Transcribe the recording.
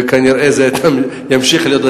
וכנראה זה ימשיך להיות כך,